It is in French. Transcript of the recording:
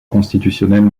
constitutionnelle